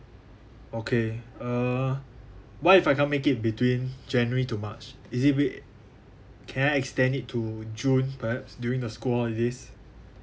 okay uh what if I can't make it between january to march is it wai~ can I extend it to june perhaps during the school holidays